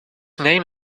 name